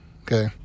okay